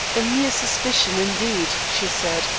a mere suspicion, indeed! she said,